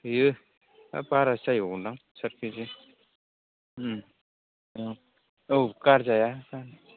बेयो बारासो जाहैबावगोनखोमा सात के जि ओम औ गारजाया